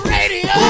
Radio